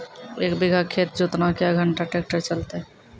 एक बीघा खेत जोतना क्या घंटा ट्रैक्टर चलते?